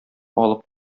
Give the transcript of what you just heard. алып